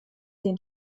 den